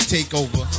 Takeover